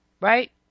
Right